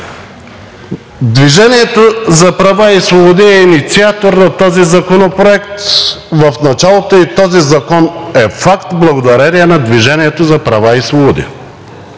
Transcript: „Движение за права и свободи“ е инициатор на този законопроект в началото и този закон е факт благодарение на „Движение за права и свободи“.